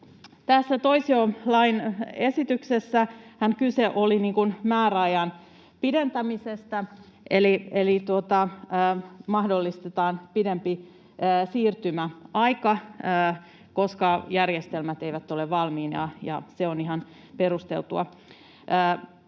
toisiolakiesityksessähän kyse oli määräajan pidentämisestä, eli mahdollistetaan pidempi siirtymäaika, koska järjestelmät eivät ole valmiina, ja se on ihan perusteltua.